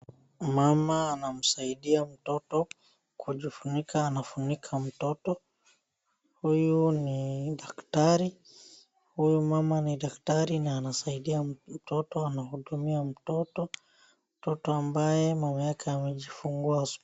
Mama anamsadidia mtoto, kujifunika, anafunika mtoto. Huyu ni dakatari. Huyu mama ni daktari na anasaidia mtoto, anahudumia mtoto. Mtoto ambaye anakaa amejifungua hospitalini.